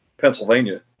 Pennsylvania